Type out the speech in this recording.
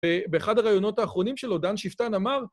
‫באחד הרעיונות האחרונים שלו, ‫דן שיפטן אמר...